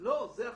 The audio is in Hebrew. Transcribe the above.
לא, זה עכשיו.